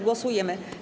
Głosujemy.